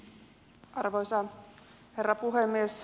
arvoisa herra puhemies